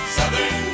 Southern